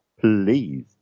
Please